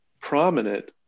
prominent